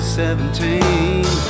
seventeen